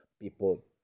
people